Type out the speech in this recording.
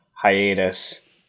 hiatus